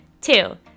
Two